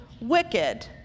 Wicked